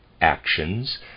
actions